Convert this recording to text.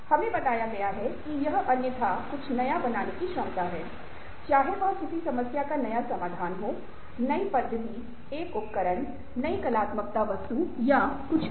हमें बताया गया है कि यह अन्यथा कुछ नया बनाने की क्षमता है चाहे वह किसी समस्या का नया समाधान हो नई पद्धति एक उपकरण नई कलात्मक वस्तु या रूप हो